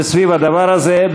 זה סביב הדבר הזה.